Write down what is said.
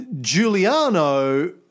Giuliano